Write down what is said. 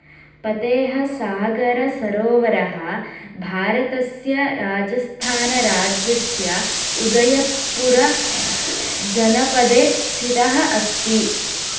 फतेह सागर सरोवरः भारतस्य राजस्थान राज्यस्य उदयपुर जनपदे स्थितः अस्ति